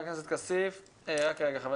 חברת